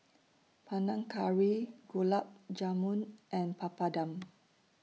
Panang Curry Gulab Jamun and Papadum